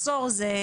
בנושא: